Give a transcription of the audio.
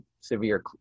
severe